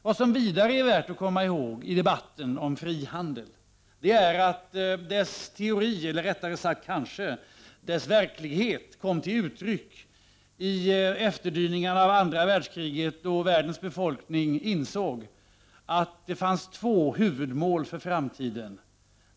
Vad som vidare är värt att komma ihåg i debatten om frihandeln är att frihandelns teori, eller rättare sagt kanske dess verklighet, kom till uttryck i efterdyningarna av andra världskriget, då världens befolkning insåg att det fanns två huvudmål för framtiden.